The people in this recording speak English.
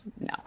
No